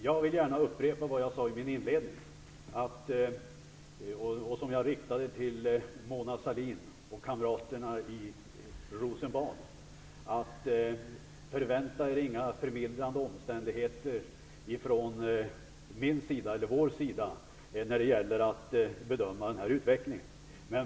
Jag vill gärna upprepa vad jag sade i min inledning, vilket jag riktade till Mona Sahlin och kamraterna i Rosenbad: Förvänta er inga förmildrande omständigheter från vår sida när det gäller att bedöma utvecklingen.